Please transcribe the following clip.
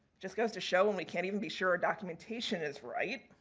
just goes to show and we can't even be sure documentation is right.